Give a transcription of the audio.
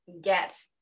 get